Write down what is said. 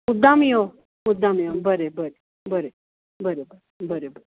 मुद्दाम यो मुद्दाम यो बरें बरें बरें बरें बरें